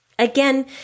Again